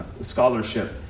scholarship